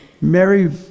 Mary